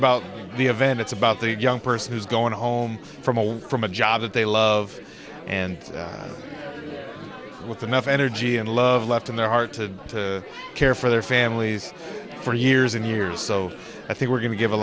about the event it's about the young person who's going home from away from a job that they love and with enough energy and love left in their heart to care for their families for years and years so i think we're going to give a